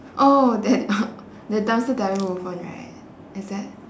oh that the dumpster diver movement right is that